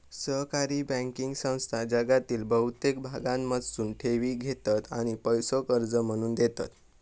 सहकारी बँकिंग संस्था जगातील बहुतेक भागांमधसून ठेवी घेतत आणि पैसो कर्ज म्हणून देतत